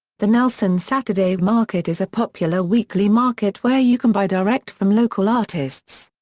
the nelson saturday market is a popular weekly market where you can buy direct from local artists.